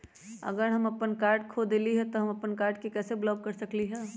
अगर हम अपन कार्ड खो देली ह त हम अपन कार्ड के कैसे ब्लॉक कर सकली ह?